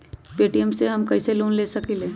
Paytm से हम कईसे लोन ले सकीले?